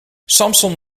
samson